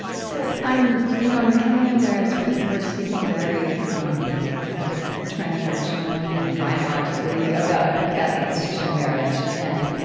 so i'm you know i'm becoming aware, as we're we're speaking very um kind of transactionally and biologically about about the institution of marriage. and